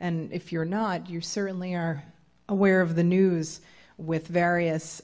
and if you're not you're certainly are aware of the news with various